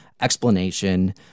explanation